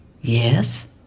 Yes